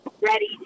ready